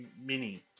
mini